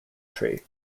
tree